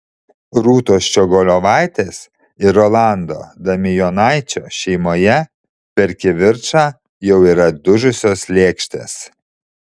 rūtos ščiogolevaitės ir rolando damijonaičio šeimoje per kivirčą jau yra dužusios lėkštės